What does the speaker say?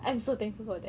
I'm so thankful for that